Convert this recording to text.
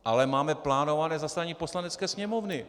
Ale máme plánované zasedání Poslanecké sněmovny.